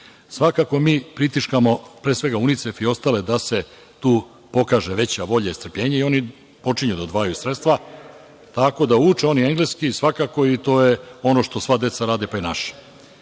mi pritiskamo pre svega UNICEF i ostale da se tu pokaže veća volja i strpljenje i oni počinju da odvajaju sredstva, tako da, uče oni engleski, svakako i to je ono što sva deca rade, pa i naša.